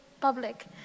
public